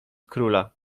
króla